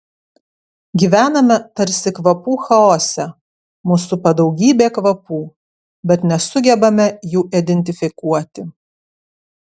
gyvename tarsi kvapų chaose mus supa daugybė kvapų bet nesugebame jų identifikuoti